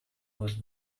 was